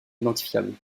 identifiables